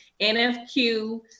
NFQ